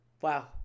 Wow